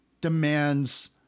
demands